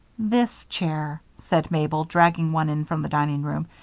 this chair, said mabel, dragging one in from the dining room,